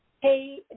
hey